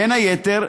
בין היתר,